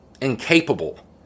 incapable